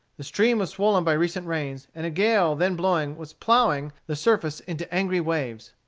the stream was swollen by recent rains, and a gale then blowing was ploughing the surface into angry waves.